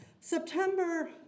September